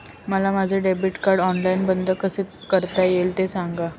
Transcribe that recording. मला माझे debit card online बंद कसे करता येईल, ते सांगा